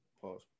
pause